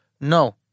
No